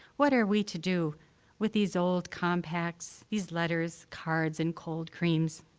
what are we to do with these old compacts, these letters, cards and cold creams?